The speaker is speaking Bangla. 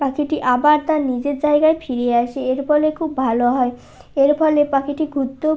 পাখিটি আবার তার নিজের জায়গায় ফিরে আসে এর ফলে খুব ভালো হয় এর ফলে পাখিটি ঘুরতেও